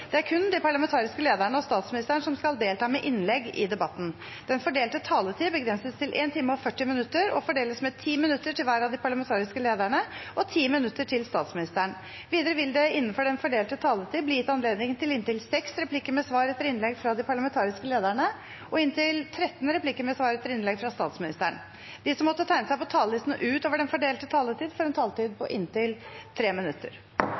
Det er kun de parlamentariske lederne og statsministeren som skal delta med innlegg i debatten. Den fordelte taletid begrenses til 1 time og 40 minutter og fordeles med 10 minutter til hver av de parlamentariske lederne og 10 minutter til statsministeren. Videre vil det – innenfor den fordelte taletid – bli gitt anledning til inntil seks replikker med svar etter innlegg fra de parlamentariske lederne og inntil tretten replikker med svar etter innlegg fra statsministeren. De som måtte tegne seg på talerlisten utover den fordelte taletid, får en taletid på inntil 3 minutter.